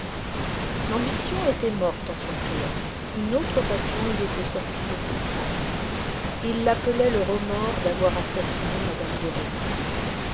l'ambition était morte en son coeur une autre passion y était sortie de ses cendres il l'appelait le remords d'avoir assassiné mme de rênal